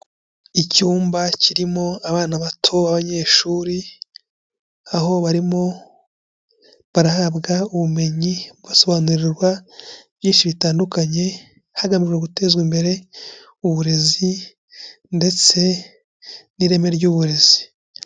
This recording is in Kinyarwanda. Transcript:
Icyumba kirimo abana bato b'abanyeshuri, aho barimo barahabwa ubumenyi, basobanurirwa byinshi bitandukanye, hagamijwe gutezwa imbere uburezi ndetse n'ireme ry'uburezi.